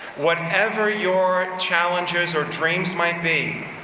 whatever your challenges or dreams might be,